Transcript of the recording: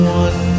one